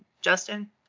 Justin